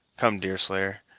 come, deerslayer,